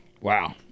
Wow